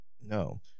No